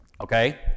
Okay